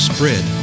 Spread